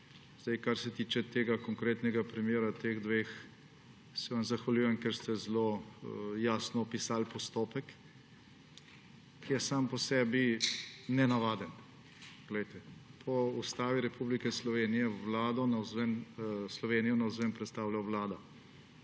letih. Kar se tiče tega konkretnega primera, teh dveh, se vam zahvaljujem, ker ste zelo jasno opisali postopek, ki je sam po sebi nenavaden. Poglejte, po Ustavi Republike Slovenije Slovenijo navzven predstavlja Vlada,